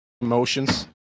emotions